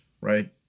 right